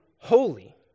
holy